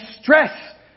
stress